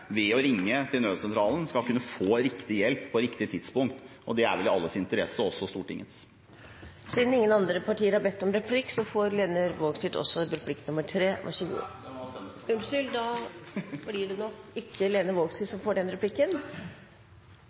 ved å ringe til nødsentralen skal kunne få riktig hjelp på riktig tidspunkt. Det er vel i alles interesse, også Stortingets. Siden ingen andre partier har bedt om replikk, får Lene Vågslid også replikk nr. 3. Jo, Senterpartiet. Unnskyld, da blir det ikke Lene Vågslid, men Geir Inge Lien som får den replikken.